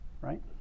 right